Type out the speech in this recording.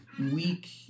week